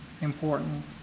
important